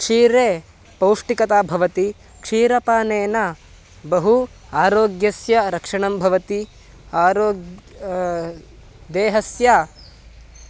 क्षीरे पौष्टिकता भवति क्षीरपानेन बहु आरोग्यस्य रक्षणं भवति आरो देहस्य